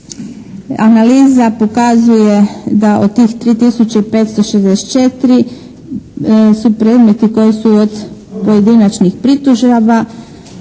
Analiza pokazuje da od tih 3564 su predmeti koji su od pojedinačnih pritužaba